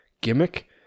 gimmick